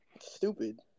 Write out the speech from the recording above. Stupid